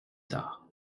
tard